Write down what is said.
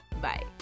Bye